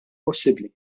possibbli